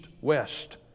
west